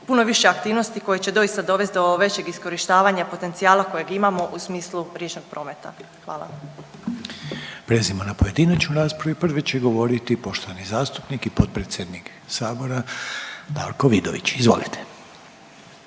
puno više aktivnosti koje će doista dovesti do većeg iskorištavanja potencijala kojeg imamo u smislu riječnog prometa. Hvala. **Reiner, Željko (HDZ)** Prelazimo na pojedinačnu raspravu i prvi će govoriti poštovani zastupnik i potpredsjednik Sabora Davorko Vidović. izvolite.